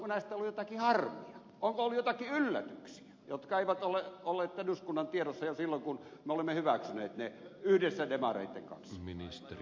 onko ollut jotakin yllätyksiä jotka eivät ole olleet eduskunnan tiedossa silloinkaan kun me olemme hyväksyneet ne yhdessä demareitten kanssa